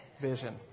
vision